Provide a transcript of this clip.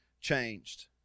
changed